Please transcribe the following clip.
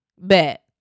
Bet